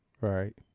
Right